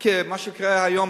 כי מה שקורה היום,